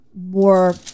more